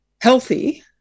healthy